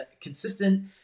consistent